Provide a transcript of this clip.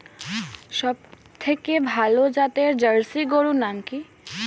সবথেকে ভালো জাতের জার্সি গরুর নাম কি?